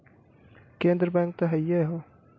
केन्द्र बैंक त हइए हौ